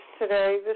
today